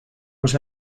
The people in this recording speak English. was